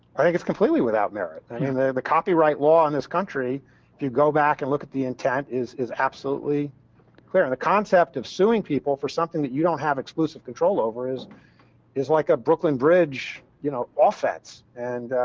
i think it's completely without merit, i mean and the copyright law in this country, if you go back and look at the intent, is is absolutely clear. and the concept of suing people for something, that you don't have exclusive control over, is is like a brooklyn bridge, you know, offense. and